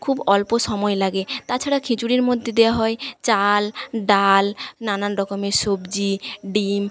খুব অল্প সময় লাগে তাছাড়া খিচুড়ির মধ্যে দেয়া হয় চাল ডাল নানান রকমের সবজি ডিম